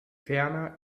ferner